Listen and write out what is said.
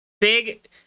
big